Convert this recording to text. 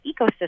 ecosystem